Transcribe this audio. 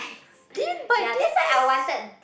didn't but didn't you s~